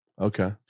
okay